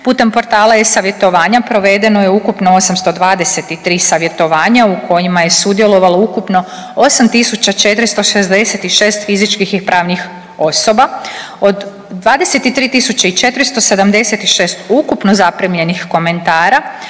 putem portala e-savjetovanja provedeno je ukupno 823 savjetovanja u kojima je sudjelovalo ukupno 8.466 fizičkih i pravnih osoba. Od 23.476 ukupno zaprimljenih komentara,